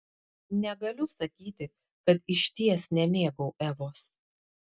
negaliu sakyti kad išties nemėgau evos